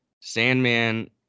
Sandman